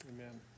amen